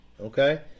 okay